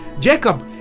Jacob